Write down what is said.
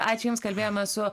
ačiū jums kalbėjome su